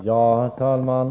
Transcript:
Herr talman!